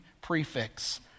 prefix